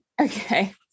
Okay